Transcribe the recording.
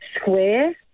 square